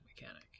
mechanic